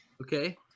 okay